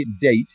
date